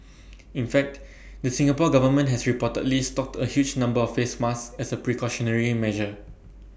in fact the Singapore Government has reportedly stocked A huge number of face masks as A precautionary measure